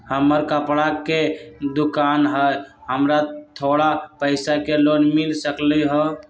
हमर कपड़ा के दुकान है हमरा थोड़ा पैसा के लोन मिल सकलई ह?